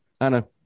Anna